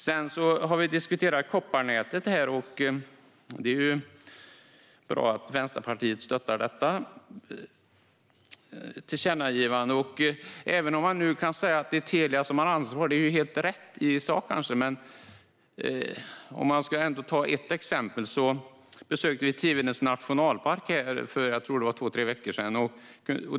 Sedan har vi diskuterat kopparnätet här, och det är bra att Vänsterpartiet stöttar detta tillkännagivande. Man kan visserligen säga att det nu är Telia som har ansvaret, vilket kanske i sak är rätt. Jag ska dock ta ett exempel. Vi besökte Tivedens nationalpark för, tror jag, två tre veckor sedan.